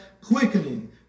quickening